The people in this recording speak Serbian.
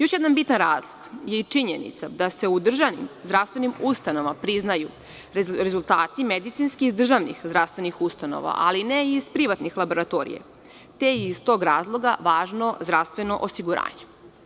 Još jedan bitan razlog je i činjenica da se u državnim zdravstvenim ustanovama priznaju rezultati medicinskih iz državnih zdravstvenih ustanova, ali ne i iz privatnih laboratorija, te je iz tog razloga važno zdravstveno osiguranje.